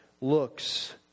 looks